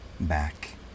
back